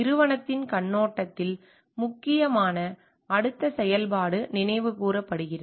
நிறுவனத்தின் கண்ணோட்டத்தில் முக்கியமான அடுத்த செயல்பாடு நினைவுகூரப்படுகிறது